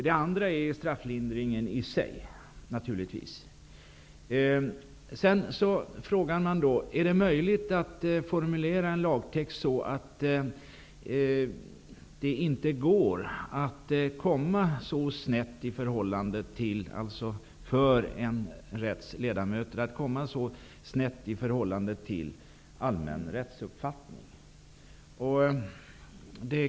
Det andra är naturligtvis strafflindringen i sig. Är det möjligt att formulera en lagtext så att det inte för en rätts ledamöter går att komma så snett i förhållande till allmän rättsuppfattning?